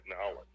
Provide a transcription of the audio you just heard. knowledge